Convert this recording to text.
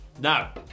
Now